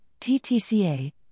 TTCA